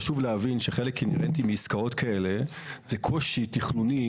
חשוב להבין שחלק אינהרנטי מעסקאות כאלה זה קושי תכנוני